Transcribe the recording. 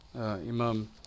Imam